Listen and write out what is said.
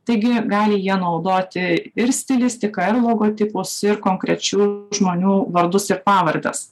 taigi gali jie naudoti ir stilistiką ir logotipus ir konkrečių žmonių vardus ir pavardes